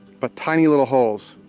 but tiny little holes,